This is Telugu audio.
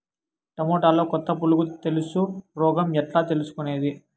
టమోటాలో కొత్త పులుగు తెలుసు రోగం ఎట్లా తెలుసుకునేది?